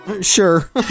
Sure